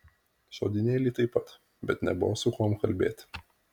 žodynėlį taip pat bet nebuvo su kuom kalbėti